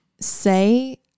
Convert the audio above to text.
say